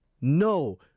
no